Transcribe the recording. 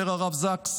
אומר הרב זקס.